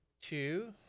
to